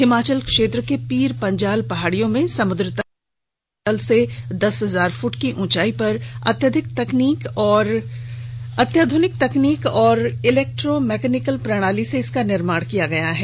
हिमालय क्षेत्र के पीर पंजाल पहाड़ियों में समुद्र तल से दस हजार फूट की ऊंचाई पर अत्याधुनिक तकनीक और इलेक्ट्रो मैक्निकल प्रणाली से इसका निर्माण किया गया है